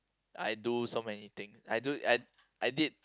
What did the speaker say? I do so many things I do I I did